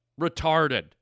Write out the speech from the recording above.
retarded